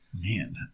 Man